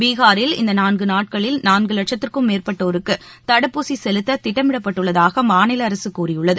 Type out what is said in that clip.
பீகாரில் இந்த நான்கு நாட்களில் நான்கு வட்சத்திற்கும் மேற்பட்டோருக்கு தடுப்பூசி செலுத்த திட்டமிடப்பட்டுள்ளதாக மாநில அரசு கூறியுள்ளது